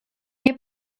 mnie